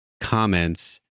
comments